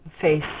face